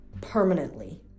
permanently